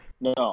no